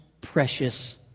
precious